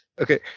Okay